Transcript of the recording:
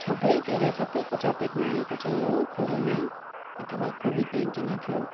सबैतिर सबैको चपेटमा आएको चाहिँ हो कोरोना अथवा कोविड नाइन्टिन नै थियो